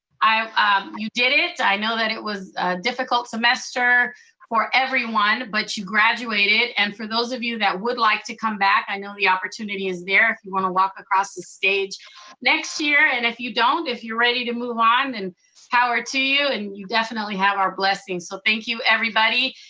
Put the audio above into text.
you did it, i know that it was a difficult semester for everyone, but you graduated. and for those of you that would like to come back, i know the opportunity is there, if you wanna walk across the stage next year. and if you don't, if you're ready to move on, then and power to you, and you definitely have our blessing. so thank you everybody.